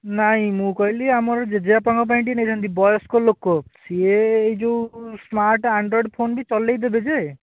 ନାହିଁ ମୁଁ କହିଲି ଆମର ଜେଜେବାପାଙ୍କ ପାଇଁ ଟିକିଏ ନେଇଥାନ୍ତି ବୟସ୍କଲୋକ ସିଏ ଏଇ ଯେଉଁ ସ୍ମାର୍ଟ ଆଣ୍ଡ୍ରଏଡ଼୍ ଫୋନ ବି ଚଲାଇ ଦେବ ଯେ